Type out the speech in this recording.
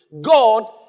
God